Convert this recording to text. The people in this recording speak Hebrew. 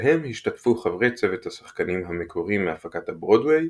בהם השתתפו חברי צוות השחקנים המקורי מהפקת הברודוויי,